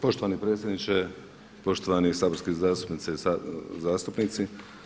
Poštovani predsjedniče, poštovani saborski zastupnici i zastupnice.